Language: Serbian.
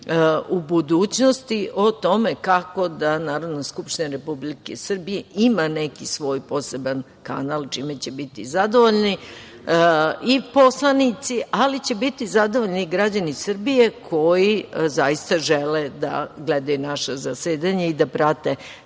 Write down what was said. u budućnosti o tome kako da Narodna skupština Republike Srbije ima neki svoj poseban kanal, čime će biti zadovoljni i poslanici, ali će biti zadovoljni i građani Srbije koji zaista žele da gledaju naša zasedanja i da prate,